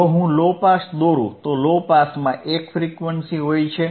જો હું low pass દોરું તો લો પાસમાં એક ફ્રીક્વન્સી હોય છે